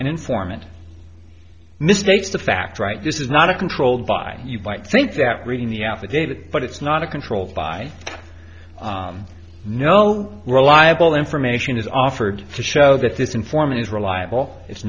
informant mistake the fact right this is not a controlled by you might think that reading the affidavit but it's not a controlled by no reliable information is offered to show that this informant is reliable i